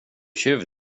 tjuv